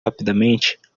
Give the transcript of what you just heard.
rapidamente